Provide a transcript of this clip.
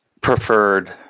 preferred